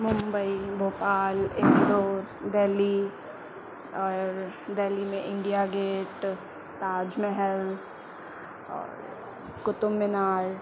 मुंबई भोपाल इंदौर दिल्ली औरि दिल्ली में India Gate Taj Mahal और कुतुब मीनार